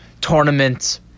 tournament